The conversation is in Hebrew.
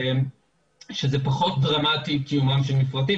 שזה פחות דרמטי קיומם של מפרטים,